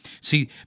See